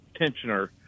tensioner